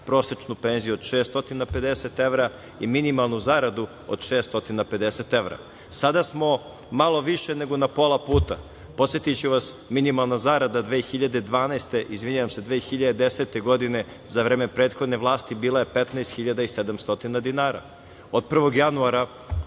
prosečnu penziju od 650 evra i minimalnu zaradu od 650 evra. Sada smo malo više nego na pola puta, podsetiću vas minimalna zarada 2010. godine za vreme prethodne vlasti bila je 15.700 dinara, a od 1. januara